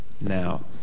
now